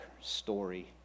story